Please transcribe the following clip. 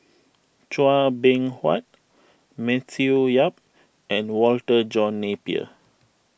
Chua Beng Huat Matthew Yap and Walter John Napier